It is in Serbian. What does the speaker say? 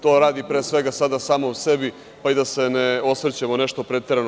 To radi pre svega sada samom sebi, pa i da se ne osvrćemo nešto preterano.